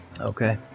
Okay